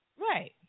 Right